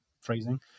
phrasing